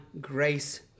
grace